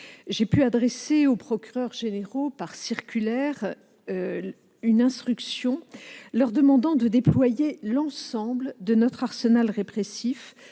j'ai pu adresser aux procureurs généraux par circulaire une instruction leur demandant de déployer l'ensemble de notre arsenal répressif